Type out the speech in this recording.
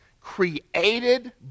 created